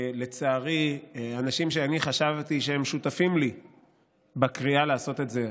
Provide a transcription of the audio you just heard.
שלצערי אנשים שאני חשבתי שהם שותפים לי בקריאה לעשות את זה,